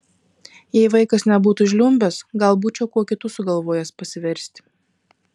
jei vaikas nebūtų žliumbęs gal būčiau kuo kitu sugalvojęs pasiversti